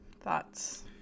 thoughts